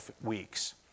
weeks